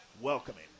welcoming